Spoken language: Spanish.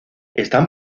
están